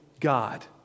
God